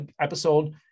episode